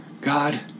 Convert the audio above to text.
God